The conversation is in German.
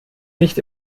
nicht